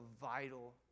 vital